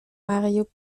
mario